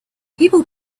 people